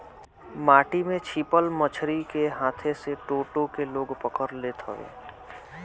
माटी में छिपल मछरी के हाथे से टो टो के लोग पकड़ लेत हवे